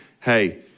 Hey